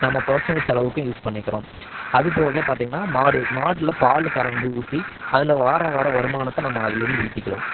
நம்ம பர்ஸ்னல் செலவுக்கும் யூஸ் பண்ணிக்கிறோம் அதுபோக பார்த்தீங்கன்னா மாடு மாட்டில் பால் கறந்து ஊற்றி அதில் வார வாரம் வருமானத்தை நம்ம அதிலேருந்து ஈட்டிக்கிறோம்